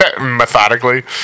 methodically